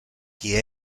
qui